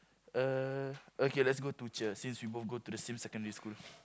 uh okay let's go to cher since we both go to the same secondary school